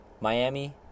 Miami